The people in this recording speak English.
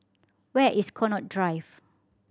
where is Connaught Drive